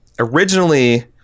originally